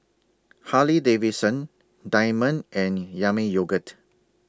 Harley Davidson Diamond and Yami Yogurt